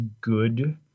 good